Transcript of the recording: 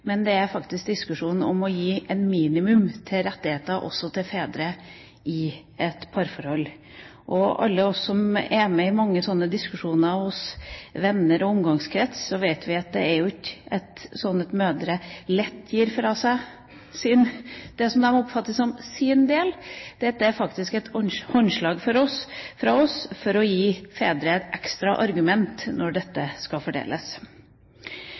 men det er faktisk diskusjonen om å gi et minimum av rettigheter også til fedre i et parforhold. Alle vi som er med i mange slike diskusjoner hos venner og i omgangskrets, vet at det er ikke slik at mødre lett gir fra seg det som de oppfatter som sin del. Dette er faktisk et håndslag fra oss for å gi fedre et ekstra argument når dette skal fordeles.